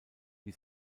wie